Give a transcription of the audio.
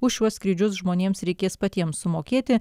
už šiuos skrydžius žmonėms reikės patiems sumokėti